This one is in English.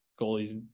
goalie's